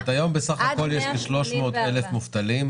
כלומר היום בסך הכול יש כ-300,000 מובטלים,